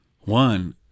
One